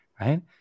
right